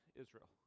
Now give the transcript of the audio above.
Israel